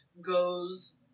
goes